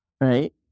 Right